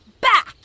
Back